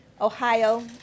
Ohio